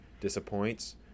disappoints